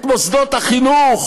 את מוסדות החינוך,